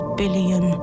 billion